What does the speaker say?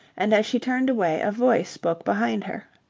and as she turned away a voice spoke behind her.